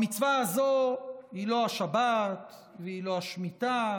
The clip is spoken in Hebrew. המצווה הזו היא לא השבת והיא לא השמיטה,